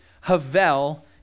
Havel